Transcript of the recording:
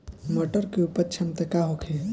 मटर के उपज क्षमता का होखे?